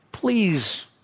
please